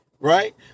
right